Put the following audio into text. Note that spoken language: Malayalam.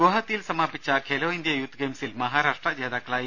ഗുവാഹത്തിയിൽ സമാപിച്ച ഖെലോ ഇന്ത്യ യൂത്ത് ഗെയിംസിൽ മഹാ രാഷ്ട്ര ജേതാക്കളായി